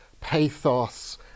pathos